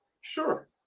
sure